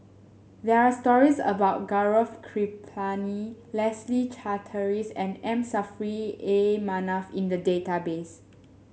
there are stories about Gaurav Kripalani Leslie Charteris and M Saffri A Manaf in the database